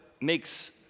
makes